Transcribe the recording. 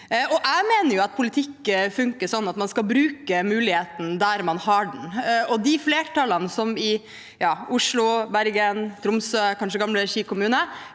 Jeg mener at politikk funker slik at man skal bruke muligheten der man har den. Flertallet i Oslo, Bergen, Tromsø, og kanskje gamle Ski kommune,